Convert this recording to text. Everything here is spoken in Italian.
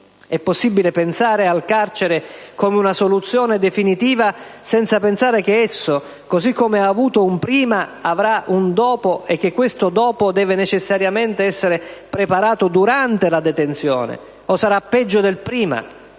È possibile pensare al carcere come una soluzione definitiva senza pensare che esso, così come ha avuto un prima, avrà un dopo, e che questo dopo deve necessariamente essere preparato durante la detenzione, o sarà peggio del prima?